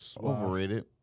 Overrated